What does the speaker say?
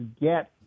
get